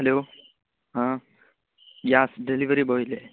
hello ആ gas delivery ബോയല്ലേ